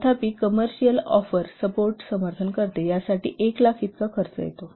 तथापि commercial offer support करते यासाठी 1 लाख इतका खर्च येतो